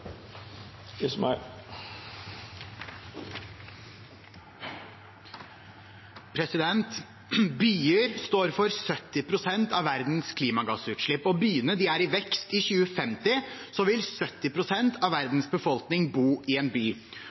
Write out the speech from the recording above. Byer står for 70 pst. av verdens klimagassutslipp, og byene er i vekst. I 2050 vil 70 pst. av verdens befolkning bo i en by.